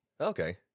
Okay